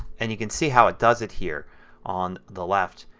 and you can see how it does it here on the left.